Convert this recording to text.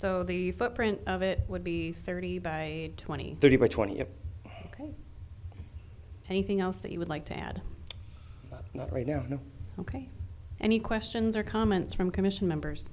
so the footprint of it would be thirty by twenty thirty or twenty or anything else that you would like to add right now ok any questions or comments from commission members